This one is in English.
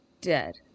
dead